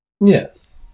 Yes